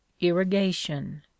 irrigation